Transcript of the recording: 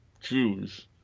Jews